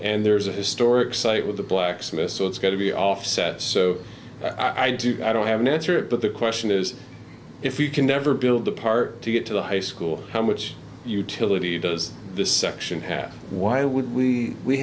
and there's a historic site with the blacksmith so it's got to be offset so i do i don't have an answer but the question is if you can never build a park to get to the high school how much utility does this section have why would we we